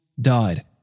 died